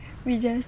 we just